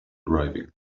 arriving